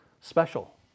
special